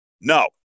No